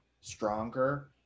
stronger